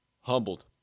humbled